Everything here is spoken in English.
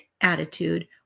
attitude